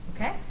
Okay